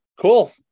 cool